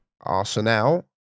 Arsenal